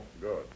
Good